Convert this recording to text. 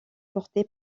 porté